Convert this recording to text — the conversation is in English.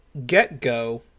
GetGo